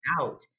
out